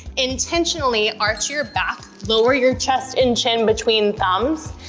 intentionally arch your back, lower your chest and chin between thumbs,